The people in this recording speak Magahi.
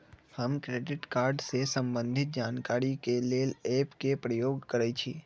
हम क्रेडिट कार्ड से संबंधित जानकारी के लेल एप के प्रयोग करइछि